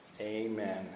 amen